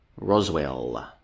Roswell